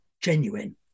genuine